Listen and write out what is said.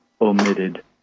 omitted